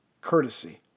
courtesy